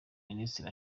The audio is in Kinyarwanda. minisitiri